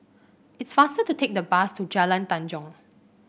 it's faster to take the bus to Jalan Tanjong